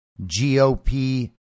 GOP